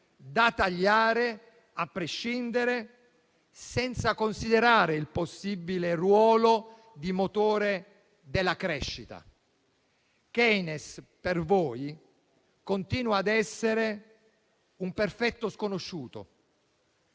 e tagliare a prescindere, senza considerare il suo possibile ruolo di motore della crescita. Keynes per voi continua ad essere un perfetto sconosciuto.